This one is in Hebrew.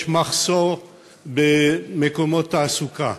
יש מחסור במקומות תעסוקה,